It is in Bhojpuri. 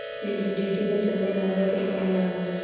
लिक्विडिटी के चलते नगद के कमी ना होला